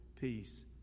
peace